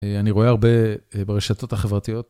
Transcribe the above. אני רואה הרבה ברשתות החברתיות.